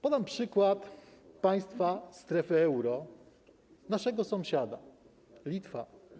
Podam przykład państwa strefy euro, naszego sąsiada, Litwy.